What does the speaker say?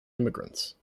immigrants